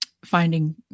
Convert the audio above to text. finding